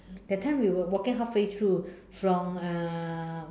that time we were waling halfway through from uh